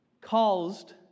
caused